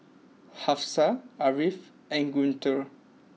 Hafsa Ariff and Guntur